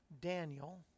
Daniel